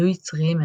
היו יצריים מאוד,